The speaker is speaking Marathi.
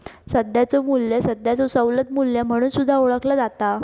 सध्याचो मू्ल्य सध्याचो सवलत मू्ल्य म्हणून सुद्धा ओळखला जाता